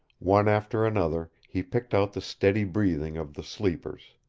one after another he picked out the steady breathing of the sleepers.